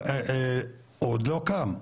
הוא עוד לא קם,